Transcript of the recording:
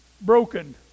broken